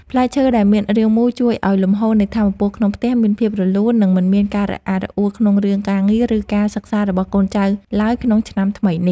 ផ្លែឈើដែលមានរាងមូលជួយឱ្យលំហូរនៃថាមពលក្នុងផ្ទះមានភាពរលូន និង មិនមានការរអាក់រអួលក្នុងរឿងការងារឬការសិក្សារបស់កូនចៅឡើយក្នុងឆ្នាំថ្មីនេះ។